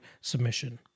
submission